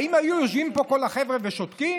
האם היו יושבים פה כל החבר'ה ושותקים?